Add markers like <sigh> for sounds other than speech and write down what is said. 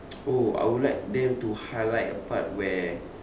<noise> oh I would like them to highlight a part where